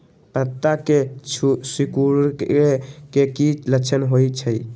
पत्ता के सिकुड़े के की लक्षण होइ छइ?